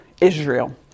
Israel